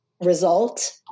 result